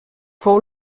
fou